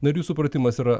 na ir jų supratimas yra